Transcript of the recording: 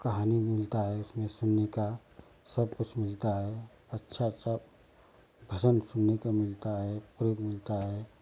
कहानी मिलता है इसमें सुनने का सब कुछ मिलता है अच्छा अच्छा भजन सुनने को मिलता है पुरुफ़ मिलता है